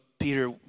Peter